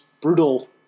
brutal